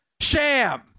Sham